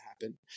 happen